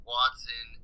Watson